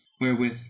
wherewith